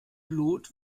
blut